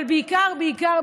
אבל בעיקר בעיקר,